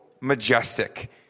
majestic